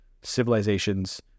civilizations